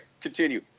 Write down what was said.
continue